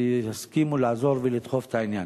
ויסכימו לעזור ולדחוף את העניין.